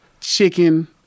chicken